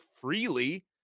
freely